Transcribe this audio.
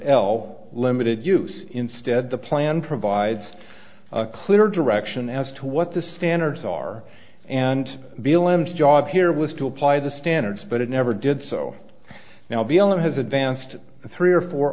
l limited use instead the plan provides clear direction as to what the standards are and below him job here was to apply the standards but it never did so now below has advanced three or four